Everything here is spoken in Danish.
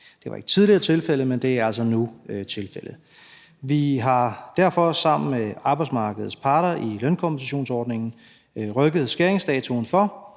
Det var ikke tidligere tilfældet, men det er altså tilfældet nu. Vi har derfor sammen med arbejdsmarkedets parter i lønkompensationsordningen rykket skæringsdatoen for,